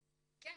אז כן,